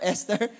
Esther